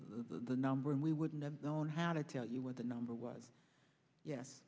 the number and we wouldn't have known how to tell you what the number was yes